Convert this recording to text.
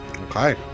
Okay